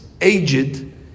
aged